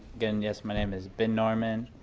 then yes, my name is ben norman.